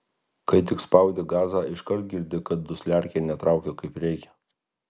kai tik spaudi gazą iškart girdi kad dusliarkė netraukia kaip reikia